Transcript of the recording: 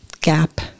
gap